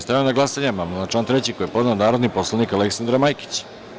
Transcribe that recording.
Stavljam na glasanje amandman na član 3. koji je podnela narodni poslanik Aleksandra Majkić.